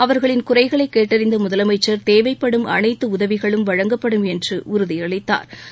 அவர்களின் குறைகளை கேட்டறிந்த முதலமைச்சா் தேவைப்படும் அனைத்து உதவிகளும் வழங்கப்படும் என்று உறுதியளித்தாா்